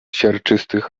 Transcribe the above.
siarczystych